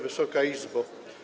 Wysoka Izbo!